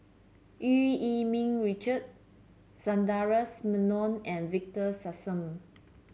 Eu Yee Ming Richard Sundaresh Menon and Victor Sassoon